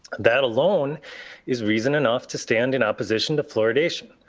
that alone is reason enough to stand in opposition to fluoridation.